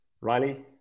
Riley